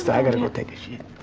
i gotta go take a shit.